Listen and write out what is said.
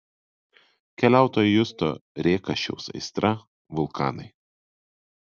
keliautojo justo rėkašiaus aistra vulkanai